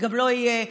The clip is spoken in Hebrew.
גם לא יהיה,